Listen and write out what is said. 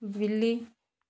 बिल्ली